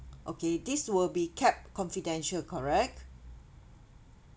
okay this will be kept confidential correct